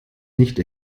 nicht